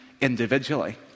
individually